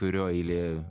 kurio eilė